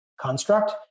construct